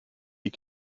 die